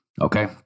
okay